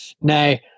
Now